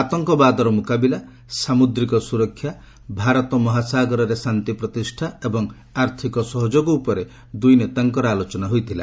ଆତଙ୍କବାଦର ମୁକାବିଲା ସାମୁଦ୍ରିକ ସୁରକ୍ଷା ଭାରତ ମହାସାଗରରେ ଶାନ୍ତି ପ୍ରତିଷ୍ଠା ଏବଂ ଆର୍ଥିକ ସହଯୋଗ ଉପରେ ଦୁଇ ନେତାଙ୍କର ଆଲୋଚନା ହୋଇଥିଲା